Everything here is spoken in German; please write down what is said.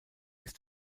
ist